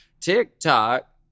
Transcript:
TikTok